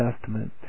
Testament